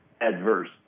adverse